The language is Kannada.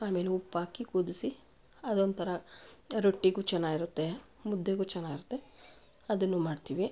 ಆಮೇಲೆ ಉಪ್ಪಾಕಿ ಕುದಿಸಿ ಅದೊಂಥರ ರೊಟ್ಟಿಗೂ ಚೆನ್ನಾಗಿರುತ್ತೆ ಮುದ್ದೆಗೂ ಚೆನ್ನಾಗಿರುತ್ತೆ ಅದನ್ನು ಮಾಡ್ತೀವಿ